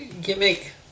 Gimmick